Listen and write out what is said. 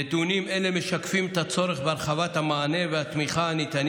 נתונים אלה משקפים את הצורך בהרחבת המענה והתמיכה שניתנים